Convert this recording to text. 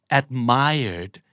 admired